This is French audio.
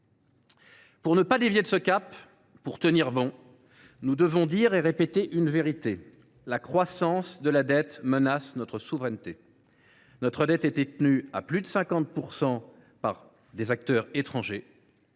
Pour ne pas dévier de ce cap, pour tenir bon, nous devons dire et répéter une vérité : la croissance de la dette menace notre souveraineté. Notre dette est détenue à plus de 50 % par des acteurs étrangers.